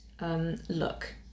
look